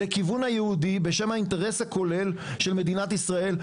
לכיוון היהודי בשם האינטרס הכולל של מדינת ישראל.